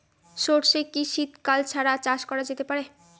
সর্ষে কি শীত কাল ছাড়া চাষ করা যেতে পারে?